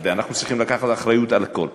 אנחנו צריכים לקחת אחריות על הכול.